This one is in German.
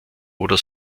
oder